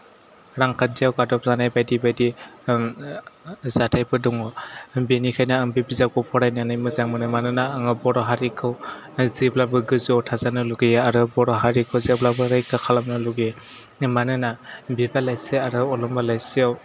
रांखान्थियाव गादब जानाय बायदि बायदि जाथायफोर दङ बेनिखायनो आं बे बिजाबखौ फरायनानै मोजां मोनो मानोना आं बर' हारिखौ जेब्लाबो गोजौआव थाजानो लुगैयो आरो आरो बर' हारिखौ जेब्लाबो रैखा खालामनो लुबैयो मानोना बिबार लाइसि आरो अलंबार लाइसियाव